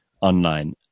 online